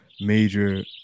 major